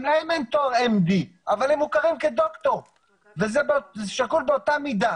גם להם אין תואר MD אבל הם מוכרים כדוקטור וזה שקול באותה מידה.